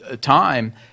Time